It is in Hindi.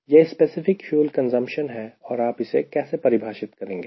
यह स्पेसिफिक फ्यूल कंजप्शन है और आप इसे कैसे परिभाषित करेंगे